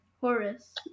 Horus